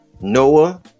Noah